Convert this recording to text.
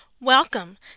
Welcome